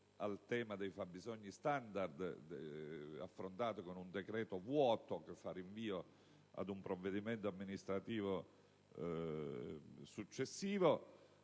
questione dei fabbisogni standard è stata affrontata con un decreto vuoto, che rinvia ad un provvedimento amministrativo successivo,